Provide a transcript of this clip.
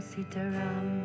Sitaram